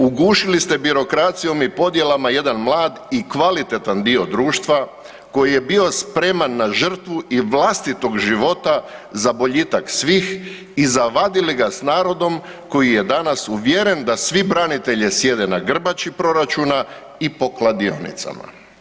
Ugušili ste birokracijom i podjelama jedan mlad i kvalitetan dio društva, koji je bio spreman na žrtvu i vlastitog života, za boljitak svih i zavadili ga s narodom koji je danas uvjeren da svi branitelje sjede na grbači proračuna i po kladionicama.